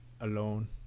alone